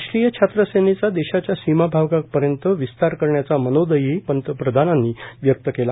राष्ट्रीय छात्र सेनेचा देशाच्या सीमाभागापर्यंत विस्तार करण्याचा मनोदयही प्रधानमंत्र्यांनी आज व्यक्त केला